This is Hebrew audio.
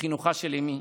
וחינוכה של אימי,